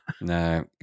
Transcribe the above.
no